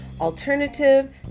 alternative